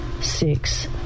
Six